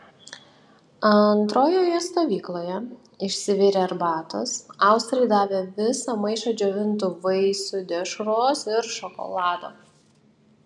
antrojoje stovykloje išsivirė arbatos austrai davė visą maišą džiovintų vaisių dešros ir šokolado